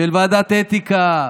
של ועדת האתיקה,